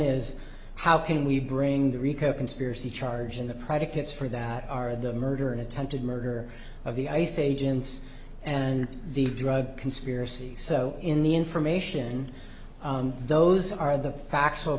is how can we bring the rico conspiracy charge in the predicates for that are the murder and attempted murder of the ice agents and the drug conspiracy so in the information those are the facts